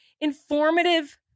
informative